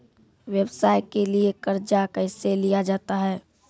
व्यवसाय के लिए कर्जा कैसे लिया जाता हैं?